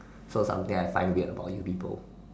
so something I find weird about you people